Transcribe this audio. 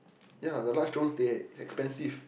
ya the large drones they expensive